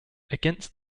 against